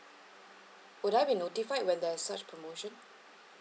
would I be notified when there's such promotion